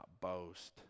boast